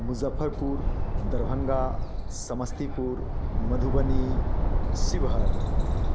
Muzaffarpur Darbhanga Samastipur Madhubani Sheohar